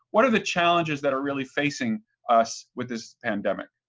what are the challenges that are really facing us with this pandemic?